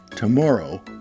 tomorrow